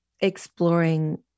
exploring